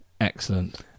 Excellent